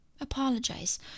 Apologize